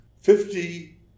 Fifty